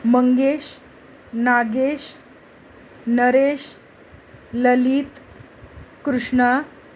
Mangesh Nagesh Naresh Lalit Krishna